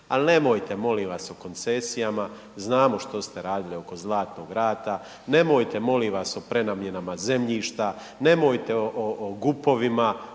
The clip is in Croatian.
ali nemojte molim vas o koncesijama, znamo što ste radili oko Zlatnog rata, nemojte molim vas o prenamjenama zemljišta, nemojte o GUP-ovima,